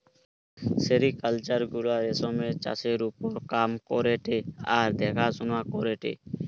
sericulture গুলা রেশমের চাষের ওপর কাম করেটে আর দেখাশোনা করেটে